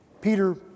Peter